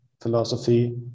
philosophy